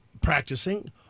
practicing